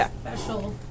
special